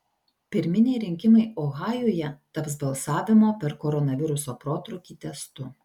pirminiai rinkimai ohajuje taps balsavimo per koronaviruso protrūkį testu